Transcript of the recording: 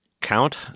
count